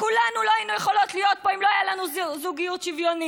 כולנו לא היינו יכולות להיות פה אם לא הייתה לנו זוגיות שוויונית,